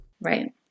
Right